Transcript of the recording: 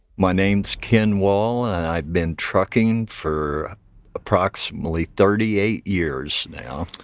my name's ken wall and i've been trucking for approximately thirty eight years now.